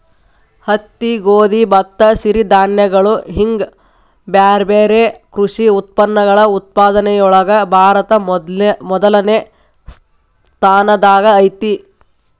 ಹತ್ತಿ, ಗೋಧಿ, ಭತ್ತ, ಸಿರಿಧಾನ್ಯಗಳು ಹಿಂಗ್ ಬ್ಯಾರ್ಬ್ಯಾರೇ ಕೃಷಿ ಉತ್ಪನ್ನಗಳ ಉತ್ಪಾದನೆಯೊಳಗ ಭಾರತ ಮೊದಲ್ನೇ ಸ್ಥಾನದಾಗ ಐತಿ